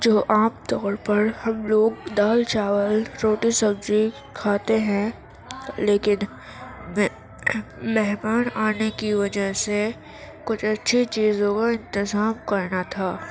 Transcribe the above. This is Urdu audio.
جو عام طور پر ہم لوگ دال چاول روٹی سبزی کھاتے ہیں لیکن مہمان آنے کی وجہ سے کچھ اچھی چیزوں کا انتظام کرنا تھا